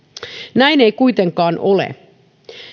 näin ei kuitenkaan ole